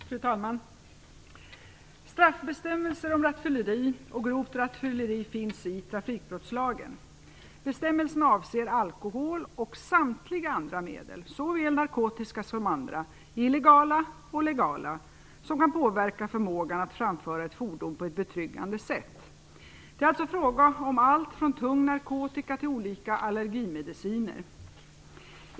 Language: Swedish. Fru talman! Straffbestämmelser om rattfylleri och grovt rattfylleri finns i trafikbrottslagen. Bestämmelserna avser alkohol och samtliga andra medel, såväl narkotiska som andra, illegala och legala, som kan påverka förmågan att framföra ett fordon på ett betryggande sätt. Det är alltså fråga om allt från tung narkotika till olika allergimediciner.